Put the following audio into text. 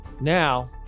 Now